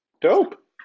Dope